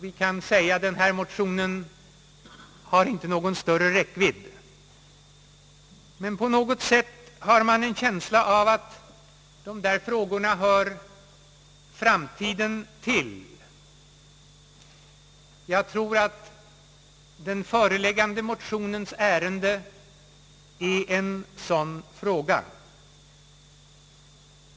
Vi kan säga att denna motion inte har någon större räckvidd, men på något sätt har man en känsla av att dessa frågor hör framtiden till. Jag tror att den föreliggande motionens ärende är av sådan art.